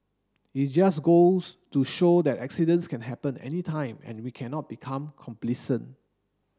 it just goes to show that accidents can happen anytime and we cannot become complacent